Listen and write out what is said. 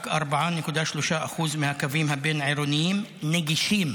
רק 4.3% מהקווים הבין-עירוניים נגישים